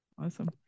Awesome